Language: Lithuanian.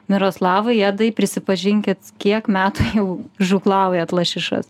miroslavi edai prisipažinkit kiek metų jau žūklaujat lašišas